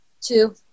two